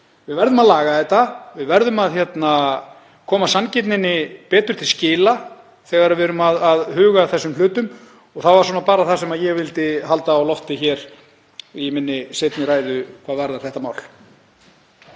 Við verðum að laga þetta. Við verðum að koma sanngirninni betur til skila þegar við erum að huga að þessum hlutum. Það var bara það sem ég vildi halda á lofti hér í minni seinni ræðu hvað varðar þetta mál.